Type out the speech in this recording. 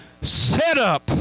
setup